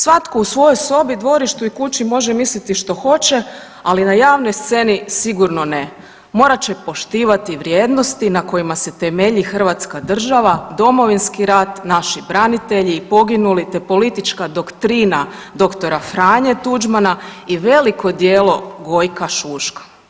Svatko u svojoj sobi, dvorištu i kući može misliti što hoće, ali na javnoj sceni sigurno ne, morat će poštivati vrijednosti na kojima se temelji Hrvatska država, Domovinski rat, naši branitelji i poginuli te politička doktrina dr. Franje Tuđmana i veliko djelo Gojka Šuška.